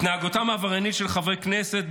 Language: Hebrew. התנהגותם העבריינית של חברי כנסת,